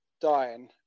Dying